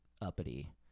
uppity